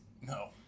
No